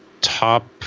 top